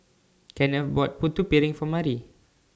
Kenneth bought Putu Piring For Mari